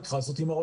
את יכולה לומר לא,